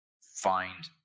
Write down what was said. Find